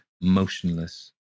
motionless